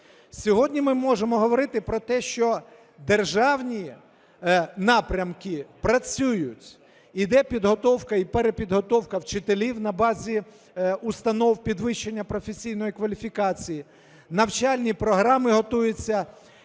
Сьогодні ми можемо говорити про те, що державні напрямки працюють: іде підготовка і перепідготовка вчителів на базі установ підвищення професійної кваліфікації, навчальні програми готуються